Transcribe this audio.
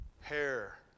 Hair